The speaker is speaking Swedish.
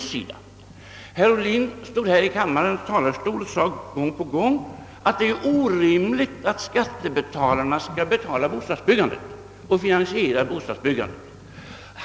Han påstod gång på gång från kammarens talarstol, att det är orimligt att skattebetalarna skall finansiera bostadsbyggandet.